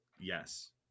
Yes